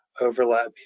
overlap